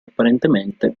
apparentemente